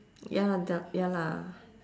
ya lah the ya lah